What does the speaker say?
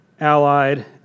allied